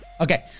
Okay